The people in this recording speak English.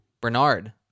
Bernard